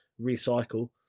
recycle